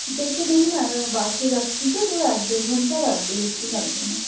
যেতে ধরুন বাসে যাচ্ছি তো তো এক দেড় ঘন্টা লাগবে বেশি লাগবে না